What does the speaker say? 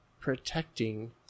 protecting